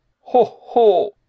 Ho-ho